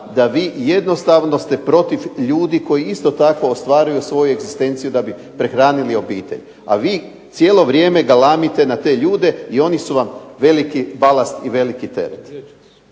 ste vi jednostavno protiv ljudi koji isto tako ostvaruju svoju egzistenciju da bi prehranili svoju obitelj. A vi cijelo vrijeme galamite na te ljude i oni su vam veliki balast i veliki teret.